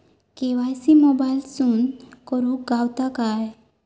KYC मोबाईलातसून करुक गावता काय?